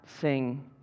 sing